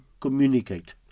communicate